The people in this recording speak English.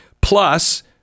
Plus